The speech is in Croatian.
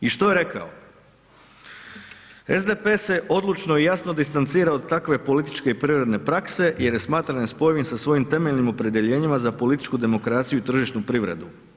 I što je rekao, SDP se odlučno i jasno distancira od takve političke i prirodne prakse jer smatra nespojivim sa svojim temeljnim opredjeljenjima za političku demokraciju i tržišnu privredu.